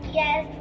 yes